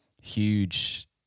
huge